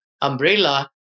umbrella